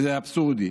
וזה אבסורדי,